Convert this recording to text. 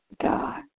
God